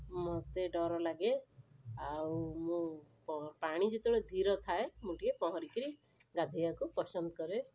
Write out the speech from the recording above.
ମୋତେ ଡର ଲାଗେ ଆଉ ମୁଁ ପାଣି ଯେତେବେଳେ ଧୀର ଥାଏ ମୁଁ ଟିକିଏ ପହଁରି କରି ଗାଧୋଇବାକୁ ପସନ୍ଦ କରେ